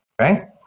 Right